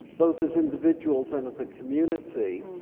both as individuals and as a community.